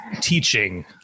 teaching